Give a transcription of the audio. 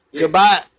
Goodbye